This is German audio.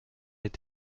mit